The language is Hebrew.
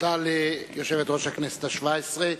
תודה ליושבת-ראש הכנסת השבע-עשרה.